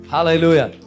Hallelujah